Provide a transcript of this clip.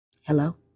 Hello